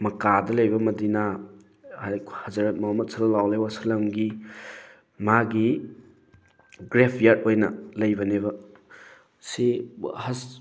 ꯃꯀꯥꯗ ꯂꯩꯕ ꯃꯗꯤꯅꯥ Hazrat Muhammad ꯁꯜꯂꯜꯂꯥꯍꯨ ꯑꯜꯂꯥꯏꯍꯤ ꯋꯥꯁꯂꯝꯒꯤ ꯃꯥꯒꯤ ꯒ꯭ꯔꯦꯕꯌꯥꯗ ꯑꯣꯏꯅ ꯂꯩꯕꯅꯦꯕ ꯁꯤ ꯍꯖ